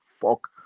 fuck